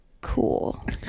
cool